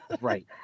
Right